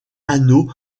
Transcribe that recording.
anneau